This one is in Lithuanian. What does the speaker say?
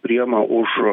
priema už